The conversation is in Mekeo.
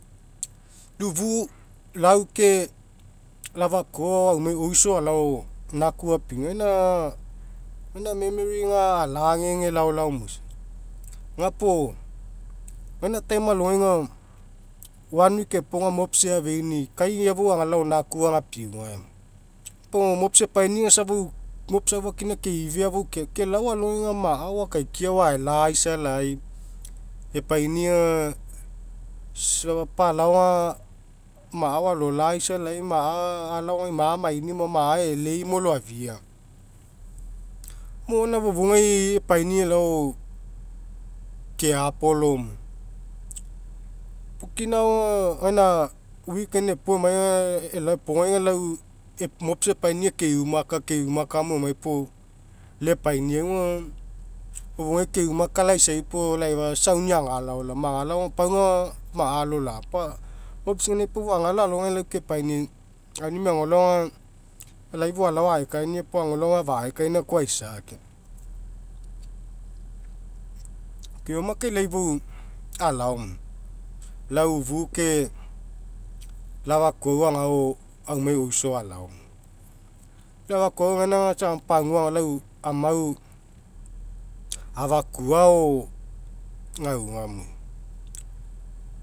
Lau ufu lau ke lau afakuau agao aumai oiso alao naku apiunia gaina aga gaina memory aga ala'agege lalao moisa. Gapuo gaina time alogai aga wan wik epo aga mobs eafeani'i kai iafou agalao naku agapiuga eoma moia. Pau aga mobs epaini'i aga isa pau mobs aufakina keifea fou keake kelao alogai aga ma'a akaikia ao aela'aisalai epaini'i aga isa safa pau alao aga ma'a ao aloloaisa lai pau alao aga ima'a mainimo ma'a e'eleimo loafia aoma. Mo gaina fofougai epaini'i elao keapolo moia. Puo kina agao aga gaina week gaina epo emai aga elao epogai aga lau mobs epaini'i aga keumaka keumaka mo emai puo lau epainiai aga fofougai keumaka laisa puo laifa sa aunia agalao laoma. Agalao gaina pau aga ma'a alola'a pau molas gaina fou agalao alogai aga lai kepainai aunimi agolao aga lai fou alao aekania puo agolao aga afaekaina koa aisa keoma. Keoma kai lai foualao muia. Lau ufe ke afakauau agao aumai oiso alao moia. Lau afakuau gaina aga isa gamo pagua agao lau amau afakua ao gauga moia